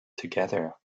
together